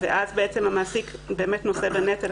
אז המעסיק נושא בנטל,